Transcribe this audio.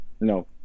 No